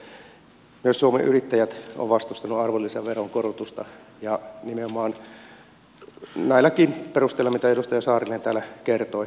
myös suomen yrittäjät on vastustanut arvonlisäveron korotusta ja nimenomaan näilläkin perusteilla joista edustaja saarinen täällä kertoi